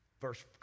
verse